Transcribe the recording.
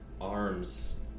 arms